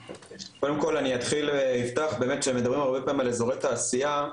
קודם כל אני אתחיל ואפתח באמת שמדברים הרבה פעמים על אזורי תעשייה,